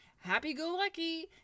happy-go-lucky